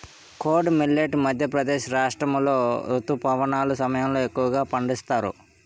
kodo millet Madhya Pradesh రాష్ట్రాములో రుతుపవనాల సమయంలో ఎక్కువగా పండిస్తారు